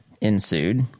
ensued